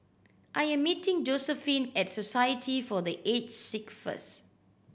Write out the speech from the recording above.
I am meeting Josephine at Society for The Age Sick first